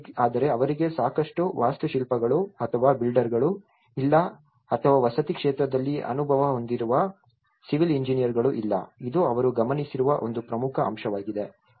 ಆದರೆ ಅವರಿಗೆ ಸಾಕಷ್ಟು ವಾಸ್ತುಶಿಲ್ಪಿಗಳು ಅಥವಾ ಬಿಲ್ಡರ್ಗಳು ಇಲ್ಲ ಅಥವಾ ವಸತಿ ಕ್ಷೇತ್ರದಲ್ಲಿ ಅನುಭವ ಹೊಂದಿರುವ ಸಿವಿಲ್ ಇಂಜಿನಿಯರ್ಗಳು ಇಲ್ಲ ಇದು ಅವರು ಗಮನಿಸಿರುವ ಒಂದು ಪ್ರಮುಖ ಅಂಶವಾಗಿದೆ